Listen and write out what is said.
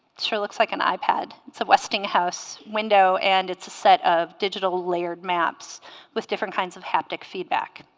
sure looks like an ipad it's a westinghouse window and it's a set of digital layered maps with different kinds of haptic feedback